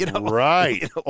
Right